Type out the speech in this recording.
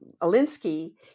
Alinsky